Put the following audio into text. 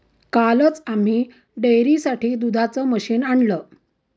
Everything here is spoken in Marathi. कालच आम्ही डेअरीसाठी दुधाचं मशीन आणलं